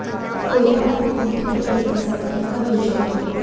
पोयटा मातीत कोणती पिके घेतली जातात, किंवा घेऊ शकतो?